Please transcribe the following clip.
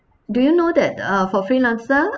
do you know that uh for freelancer